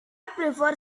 prefer